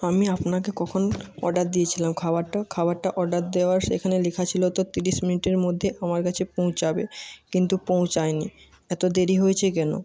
আমি আপনাকে কখন অর্ডার দিয়েছিলাম খাবারটা খাবারটা অর্ডার দেওয়ার সেখানে লেখা ছিল তো তিরিশ মিনিটের মধ্যে আমার কাছে পৌঁছাবে কিন্তু পোঁছায় নি এত দেরি হয়েছে কেনো